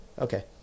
Okay